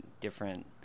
different